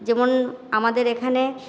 যেমন আমাদের এখানে